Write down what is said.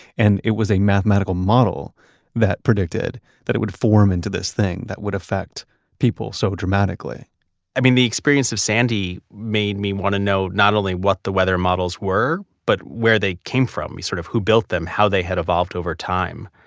and it was a mathematical model that predicted that it would form into this thing that would affect people so dramatically i mean, the experience of sandy made me want to know not only what the weather models were, but where they came from, sort of who built them, how they had evolved over time.